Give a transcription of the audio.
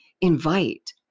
invite